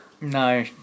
No